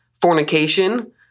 fornication